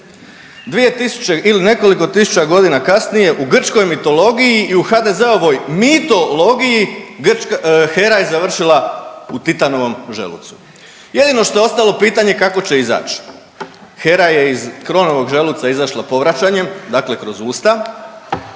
Dvije tisuće ili nekoliko tisuća godina kasnije u Grčkoj mitologiji i u HDZ-ovoj mitologiji Hera je završila u Titanovom želucu. Jedino što je ostalo pitanje kako će izać. Hera je iz Kronovog želuca izašla povraćanjem, dakle kroz usta,